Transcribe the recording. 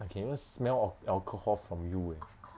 I can even smell of alcohol from you eh